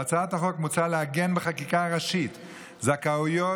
בהצעת החוק מוצע לעגן בחקיקה הראשית את הזכאויות